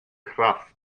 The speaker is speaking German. kraft